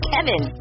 Kevin